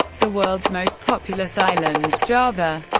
the world's most populous island, java,